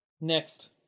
Next